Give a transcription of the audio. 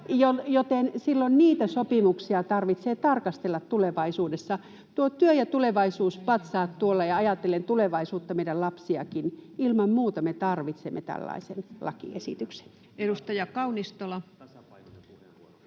silloin niitä sopimuksia tarvitsee tarkastella tulevaisuudessa. Nuo Työ- ja Tulevaisuus-patsaat tuolla, ajatellen tulevaisuutta, meidän lapsiakin — ilman muuta me tarvitsemme tällaisen lakiesityksen. [Eduskunnasta: Hyvä puheenvuoro,